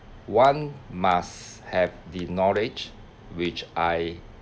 one must have the knowledge which I